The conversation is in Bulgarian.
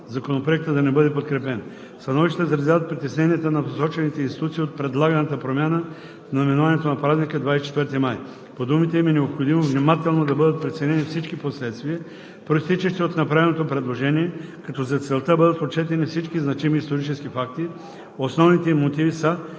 Законопроектът да не бъде подкрепен. Становищата изразяват притесненията на посочените институции от предлаганата промяна в наименованието на празника 24 май. По думите им е необходимо внимателно да бъдат преценени всички последствия, произтичащи от направеното предложение, като за целта бъдат отчетени всички значими исторически факти. Основните им мотиви са,